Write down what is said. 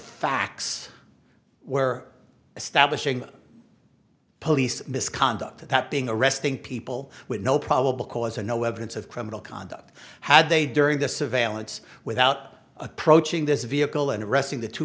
facts where establishing police misconduct attempting arresting people with no probable cause and no evidence of criminal conduct had they during the surveillance without approaching this vehicle and arresting the two